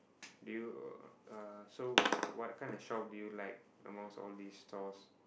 do you uh so what kind of shop do you like amongst all these stores